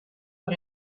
per